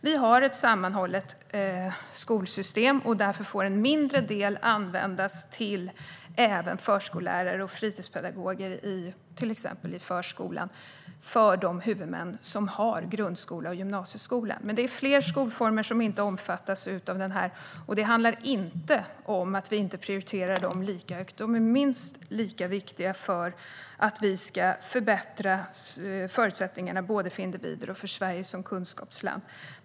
Vi har ett sammanhållet skolsystem. Därför får en mindre del användas även för förskollärare och fritidspedagoger i till exempel förskola för de huvudmän som har grundskola och gymnasieskola. Det är fler skolformer som inte omfattas. Det handlar inte om att vi inte prioriterar dem lika högt, utan de är minst lika viktiga för att vi ska förbättra förutsättningarna för individer och för Sverige som kunskapsland.